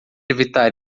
evitar